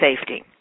safety